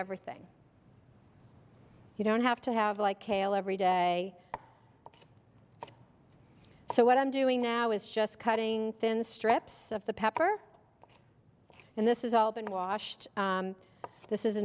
everything you don't have to have like kale every day so what i'm doing now is just cutting thin strips of the pepper and this is all been washed this is